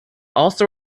also